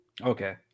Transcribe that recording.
okay